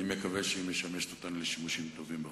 אני מקווה שהיא משמשת אותנו לשימושים טובים.